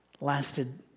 lasted